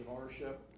ownership